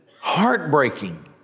heartbreaking